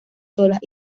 solas